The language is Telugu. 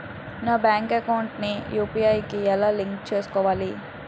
నా బ్యాంక్ అకౌంట్ ని యు.పి.ఐ కి ఎలా లింక్ చేసుకోవాలి?